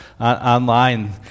online